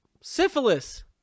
syphilis